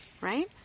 Right